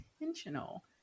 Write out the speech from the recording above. intentional